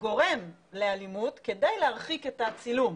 גורם לאלימות כדי להרחיק את הצילום,